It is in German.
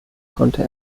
konnte